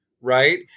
right